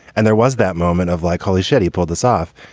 and there was that moment of like, holy shit, he pulled this off.